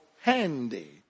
handy